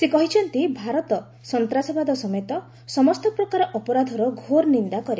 ସେ କହିଛନ୍ତି ଭାରତ ସନ୍ତାସବାଦ ସମେତ ସମସ୍ତ ପ୍ରକାର ଅପରାଧର ଘୋର ନିନ୍ଦା କରେ